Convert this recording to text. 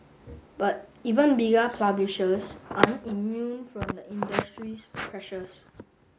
but even bigger publishers aren't immune from the industry's pressures